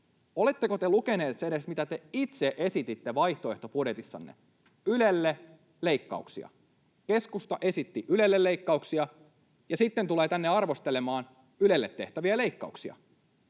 Oletteko te edes lukeneet, mitä te itse esititte vaihtoehtobudjetissanne? Keskusta esitti Ylelle leikkauksia ja sitten tulee tänne arvostelemaan Ylelle tehtäviä leikkauksia.